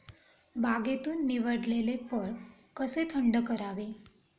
बागेतून निवडलेले फळ कसे थंड करावे?